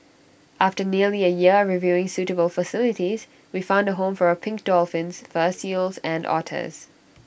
after nearly A year reviewing suitable facilities we found A home for our pink dolphins fur seals and otters